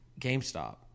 GameStop